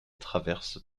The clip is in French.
traverses